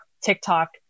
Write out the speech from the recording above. TikTok